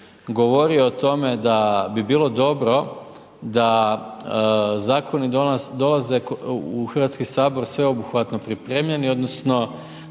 govorio o tome da bi bilo dobro da zakoni dolaze u Hrvatski sabor sveobuhvatno pripremljeni odnosno